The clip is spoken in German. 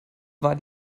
war